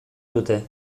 dute